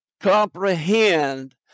comprehend